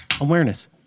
awareness